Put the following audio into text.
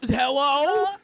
Hello